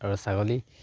আৰু ছাগলী